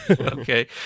Okay